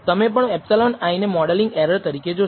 તમે પણ ε i ને મોડેલિંગ એરર તરીકે જોશો